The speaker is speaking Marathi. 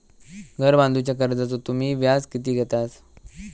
घर बांधूच्या कर्जाचो तुम्ही व्याज किती घेतास?